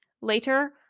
Later